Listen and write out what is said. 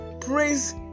praise